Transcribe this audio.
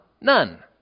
none